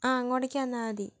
അങ്ങോട്ടെയ്ക്ക് വന്നാൽ മതി